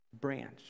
branch